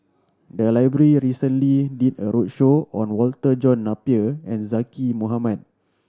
the library recently did a roadshow on Walter John Napier and Zaqy Mohamad